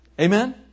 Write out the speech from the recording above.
Amen